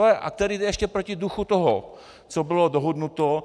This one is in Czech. A ještě proti duchu toho, co bylo dohodnuto.